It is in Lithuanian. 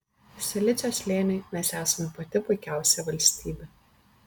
silicio slėniui mes esame pati puikiausia valstybė